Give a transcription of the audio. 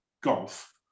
golf